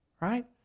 right